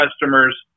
customers